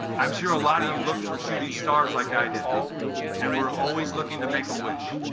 i'm sure a lot of you looked for shooting stars like i did and we're always looking to make a wish